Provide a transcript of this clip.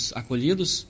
acolhidos